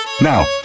Now